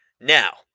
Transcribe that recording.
Now